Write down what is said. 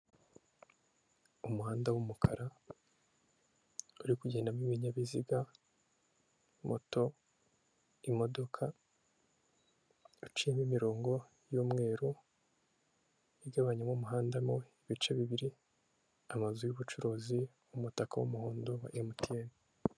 Umuhanda w'umukara uri kugendamo ibinyabiziga moto, imodoka uciho imirongo y'umweru igabanyamo umuhanda mo ibice bibiri, amazu y'ubucuruzi n'umutaka w'umuhondo wa MTN.